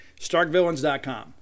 Starkvillains.com